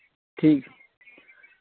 ठीक